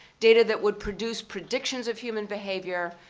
data that would produce predictions of human behavior.